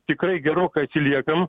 tikrai gerokai atsiliekam